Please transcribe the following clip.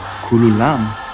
Kululam